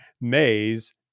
maze